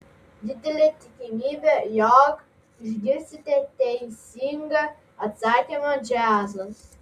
didelė tikimybė jog išgirsite teisingą atsakymą džiazas